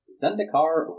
Zendikar